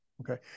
Okay